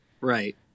right